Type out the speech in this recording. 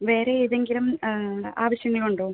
വേറെ ഏതെങ്കിലും ആവശ്യങ്ങളുണ്ടോ